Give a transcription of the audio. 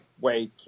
wake